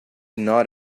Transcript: not